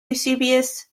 eusebius